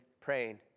praying